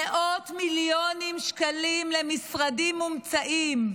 מאות מיליונים שקלים למשרדים מומצאים,